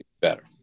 Better